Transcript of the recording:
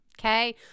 Okay